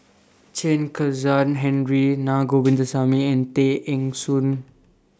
Chen Kezhan Henri Na Govindasamy and Tay Eng Soon